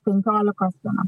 penkiolikos viena